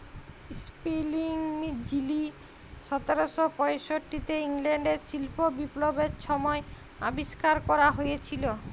spinning যিলি সতের শ পয়ষট্টিতে ইংল্যাল্ডে শিল্প বিপ্লবের ছময় আবিষ্কার ক্যরা হঁইয়েছিল